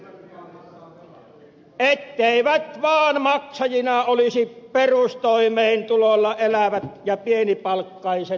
etteivät vaan maksajina olisi perustoimeentulolla elävät ja pienipalkkaiset suomalaiset